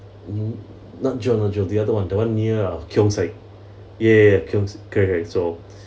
mm not the other [one] the [one] near keong saik ya keong saik correct correct so